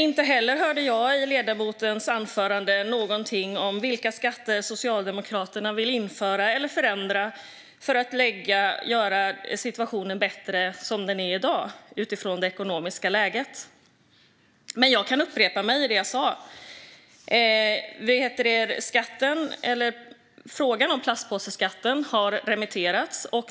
Inte heller hörde jag i ledamotens anförande någonting om vilka skatter Socialdemokraterna vill införa eller förändra för att göra situationen bättre än i dag utifrån det ekonomiska läget. Jag kan upprepa det jag sa. Frågan om plastpåseskatten har remitterats.